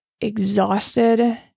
exhausted